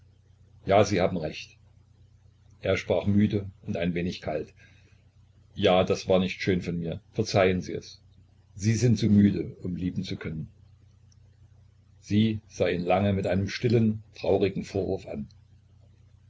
ja sie haben recht er sprach müde und ein wenig kalt ja das war nicht schön von mir verzeihen sie es sie sind zu müde um lieben zu können sie sah ihn lange mit einem stillen traurigen vorwurf an